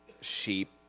sheep